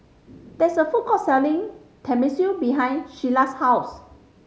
there is a food court selling Tenmusu behind Shelli's house